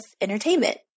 entertainment